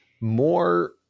more